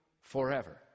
forever